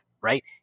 right